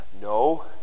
no